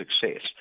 success